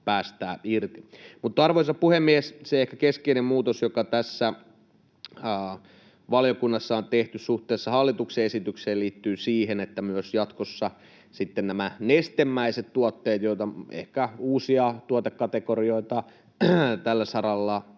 Arvoisa puhemies! Keskeinen muutos, joka valiokunnassa on tässä tehty suhteessa hallituksen esitykseen, liittyy siihen, että jatkossa myös nestemäiset tuotteet, joita ehkä uusia tuotekategorioita tällä saralla